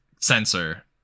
Sensor